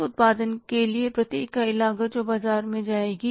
उस उत्पादन के लिए प्रति इकाई लागत जो बाजार में जाएगी